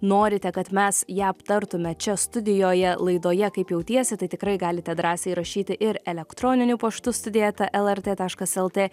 norite kad mes ją aptartume čia studijoje laidoje kaip jautiesi tai tikrai galite drąsiai rašyti ir elektroniniu paštu studija eta lrt taškas lt